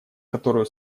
которую